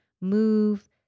move